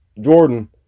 Jordan